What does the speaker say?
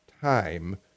time